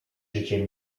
życie